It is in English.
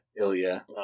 Ilya